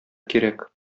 кирәк